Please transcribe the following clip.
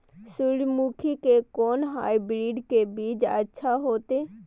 सूर्यमुखी के कोन हाइब्रिड के बीज अच्छा होते?